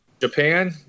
Japan